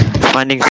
Finding